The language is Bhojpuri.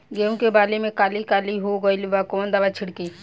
गेहूं के बाली में काली काली हो गइल बा कवन दावा छिड़कि?